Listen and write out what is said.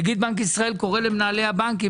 נגיד בנק ישראל קורא למנהלי הבנקים,